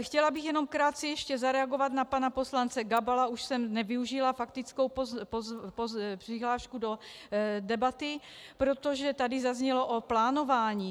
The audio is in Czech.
Chtěla bych jenom krátce ještě zareagovat na pana poslance Gabala, už jsem nevyužila faktickou přihlášku do debaty, protože tady zaznělo o plánování.